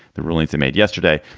the rulings he made yesterday,